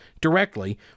directly